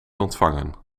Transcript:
ontvangen